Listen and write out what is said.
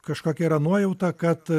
kažkokia yra nuojauta kad